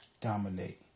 dominate